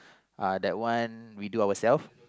uh that that one we do ourself